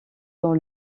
dans